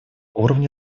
уровня